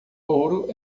ouro